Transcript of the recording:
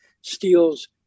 steals